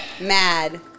Mad